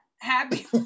happy